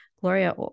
Gloria